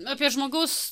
apie žmogaus